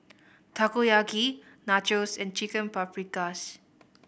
Takoyaki Nachos and Chicken Paprikas